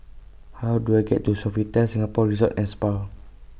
How Do I get to Sofitel Singapore Resort and Spa